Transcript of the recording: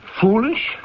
Foolish